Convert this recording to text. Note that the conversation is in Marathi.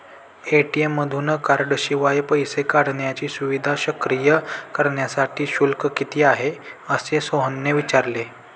ए.टी.एम मधून कार्डशिवाय पैसे काढण्याची सुविधा सक्रिय करण्यासाठी शुल्क किती आहे, असे सोहनने विचारले